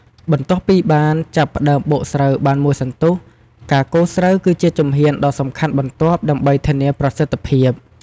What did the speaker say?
បន្ទាប់ពីបានចាប់ផ្តើមបុកស្រូវបានមួយសន្ទុះ ការកូរស្រូវគឺជាជំហានដ៏សំខាន់បន្ទាប់ដើម្បីធានាប្រសិទ្ធភាព។